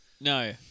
No